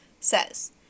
says